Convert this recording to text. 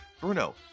Bruno